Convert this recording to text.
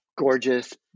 Gorgeous